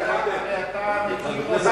הרי אתה, זה